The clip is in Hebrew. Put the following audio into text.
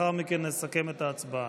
ולאחר מכן נסכם את ההצבעה.